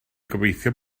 gobeithio